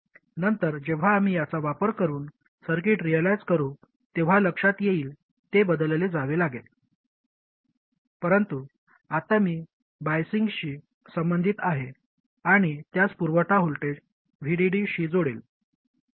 नंतर जेव्हा आम्ही याचा वापर करून सर्किट रिअलाईझ करू तेव्हा लक्षात येईल ते बदलले जावे लागेल परंतु आत्ता मी बाईझिंगशी संबंधित आहे आणि त्यास पुरवठा व्होल्टेज VDD शी जोडेल